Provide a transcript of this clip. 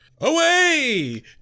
Away